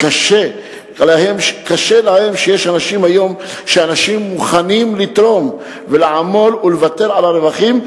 קשה להאמין היום שאנשים מוכנים לתרום ולעמול ולוותר על הרווחים,